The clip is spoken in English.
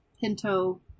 pinto